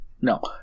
No